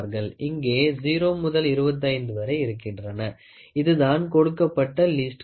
இங்கே 0 முதல் 25 வரை இருக்கின்றது இதுதான் கொடுக்கப்பட்ட லீஸ்ட் கவுண்ட்